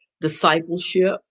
discipleship